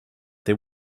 they